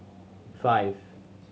five